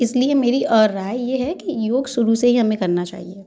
इसलिए मेरी राय ये है कि योग शुरू से ही हमें करना चाहिए